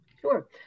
sure